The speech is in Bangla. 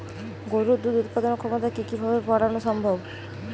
গরুর দুধ উৎপাদনের ক্ষমতা কি কি ভাবে বাড়ানো সম্ভব?